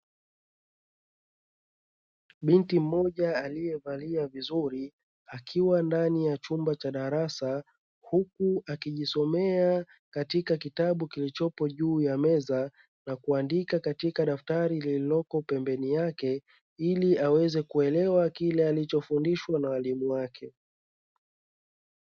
Binti mmoja aliyevalia vizuri, akiwa ndani ya chumba cha darasa huku akijisomea katika kitabu kilichopo juu ya meza na kuandika katika daftari lililopo pembeni yake ili aweze kuelewa kile alichofundishwa na walimu wake.